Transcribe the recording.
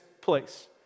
place